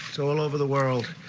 so all over the world.